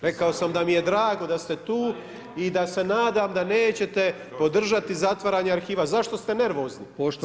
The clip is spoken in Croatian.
Rekao sam da mi je drago da ste tu i da se nadam da nećete podržati zatvaranje arhiva, zašto ste nervozni?